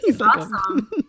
awesome